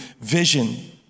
vision